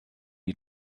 die